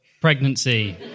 pregnancy